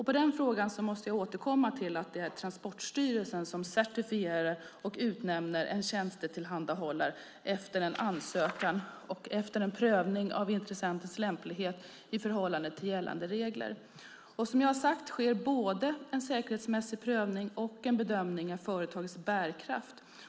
På den frågan måste jag återkomma till att det är Transportstyrelsen som certifierar och utnämner en tjänstetillhandahållare efter en ansökan och efter en prövning av intressentens lämplighet i förhållande till gällande regler. Som jag har sagt sker både en säkerhetsmässig prövning och en bedömning av företagets bärkraft.